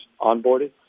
onboarded